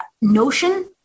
notion